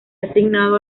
asignado